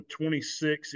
26